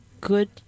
good